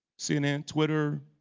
cnn, twitter,